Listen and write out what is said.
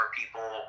people